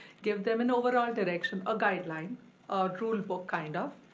give them an overall direction or guideline or rule book kind of,